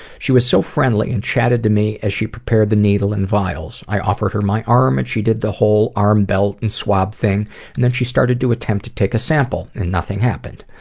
she was so friendly and chatted with me as she prepared the needle and vials. i offered her my arm and she did the whole arm-belt and swab thing and then she started to attempt to take a sample and nothing happened.